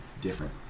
different